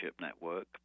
network